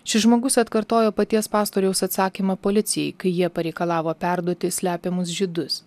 šis žmogus atkartojo paties pastoriaus atsakymą policijai kai jie pareikalavo perduoti slepiamus žydus